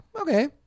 okay